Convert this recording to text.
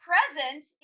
present